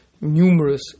numerous